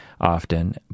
Often